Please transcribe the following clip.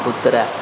कुत्रा